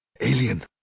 Alien